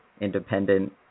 independent